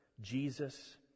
Jesus